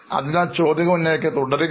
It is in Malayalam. അതിനാൽ ചോദ്യങ്ങൾ ഉന്നയിക്കുന്നത് തുടരുക